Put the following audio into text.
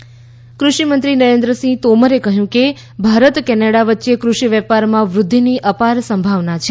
Bharat Canada કૃષિમંત્રી નરેન્દ્રસિંહ તોમરે કહ્યું કે ભારત કેનેડા વચ્ચે કૃષિ વેપારમાં વૃદ્વિની અપાર સંભાવના છે